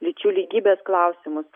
lyčių lygybės klausimus